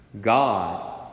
God